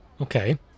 Okay